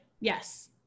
Yes